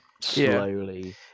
slowly